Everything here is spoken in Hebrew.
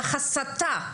והסתה,